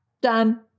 Done